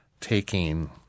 taking